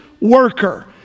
worker